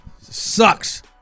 Sucks